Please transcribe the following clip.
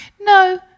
No